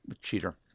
Cheater